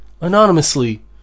anonymously